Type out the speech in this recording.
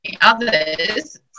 others